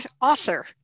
author